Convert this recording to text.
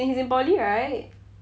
he's in poly right